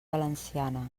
valenciana